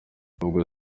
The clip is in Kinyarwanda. ubwo